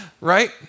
right